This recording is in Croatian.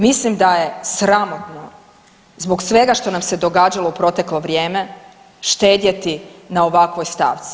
Mislim da je sramotno zbog svega što nam se događalo u proteklo vrijeme štedjeti na ovakvoj stavci.